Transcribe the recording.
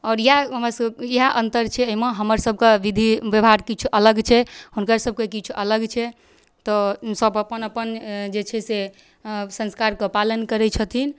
आओर यएह हमर सब यएह अन्तर छै अइमे हमर सबके विधि व्यवहार किछु अलग छै हुनकर सबके किछु अलग छै तऽ सब अपन अपन जे छै से संस्कार के पालन करै छथिन